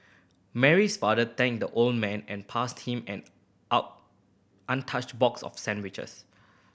Mary's father thanked the old man and passed him an out untouched box of sandwiches